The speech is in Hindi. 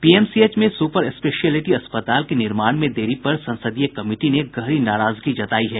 पीएमसीएच में सुपर स्पेशियलिटी अस्पताल के निर्माण में देरी पर संसदीय कमिटी ने गहरी नाराजगी जतायी है